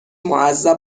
معذب